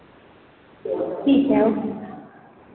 ठीक है ओके